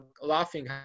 laughing